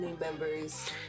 members